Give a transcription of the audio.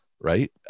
Right